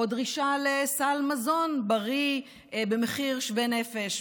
או דרישה לסל מזון בריא במחיר שווה לכל נפש.